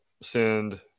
send